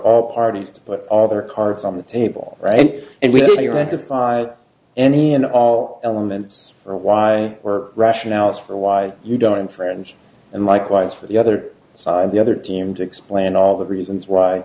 all parties to put all their cards on the table right and we're going to file any and all elements for why we're rationales for why you don't infringe and likewise for the other side the other team to explain all the reasons why